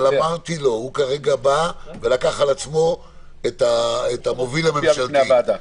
אבל הוא כרגע נציג הממשלה מול הוועדה.